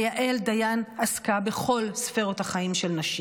ויעל דיין עסקה בכל ספרות החיים של נשים,